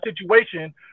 situation